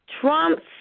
Trump's